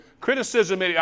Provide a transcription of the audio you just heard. criticism